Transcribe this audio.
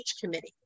committee